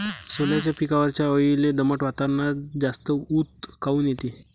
सोल्याच्या पिकावरच्या अळीले दमट वातावरनात जास्त ऊत काऊन येते?